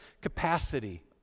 capacity